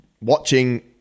watching